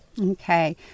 Okay